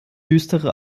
düstere